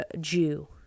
Jew